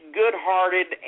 good-hearted